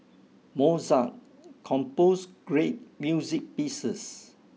Mozart composed great music pieces